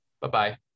Bye-bye